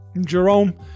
Jerome